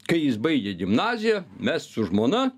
kai jis baigė gimnaziją mes su žmona